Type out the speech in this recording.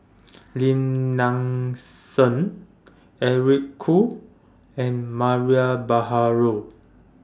Lim Nang Seng Eric Khoo and Mariam Baharom